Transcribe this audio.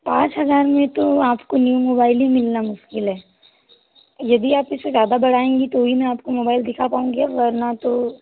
पाँच हज़ार में तो आपको न्यू मोबाइल ही मिलना मुश्किल है यदि आप इसे ज़्यादा बढ़ाएंगी तो ही मैं आपको मोबाइल दिखा पाऊँगी वरना तो